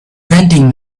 vending